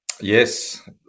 Yes